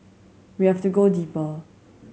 we have to go deeper